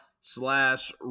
slash